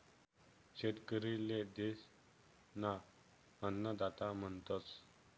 शेतकरी ले देश ना अन्नदाता म्हणतस